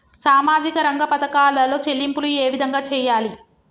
సామాజిక రంగ పథకాలలో చెల్లింపులు ఏ విధంగా చేయాలి?